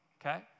Okay